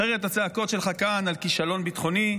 אחרת הצעקות שלך כאן על כישלון ביטחוני,